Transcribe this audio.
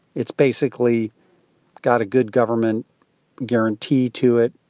it's basically got a good government guarantee to it,